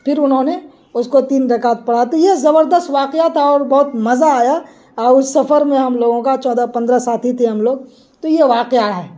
پھر انہوں نے اس کو تین رکعت پڑھا تو یہ زبردست واقعہ تھا اور بہت مزہ آیا اور اس سفر میں ہم لوگوں کا چودہ پندرہ ساتھی تھے ہم لوگ تو یہ واقعہ ہے